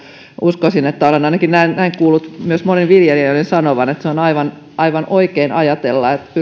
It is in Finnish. uskoisin olen ainakin näin kuullut myös monen viljelijän sanovan että se on aivan aivan oikein ajatella että